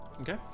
Okay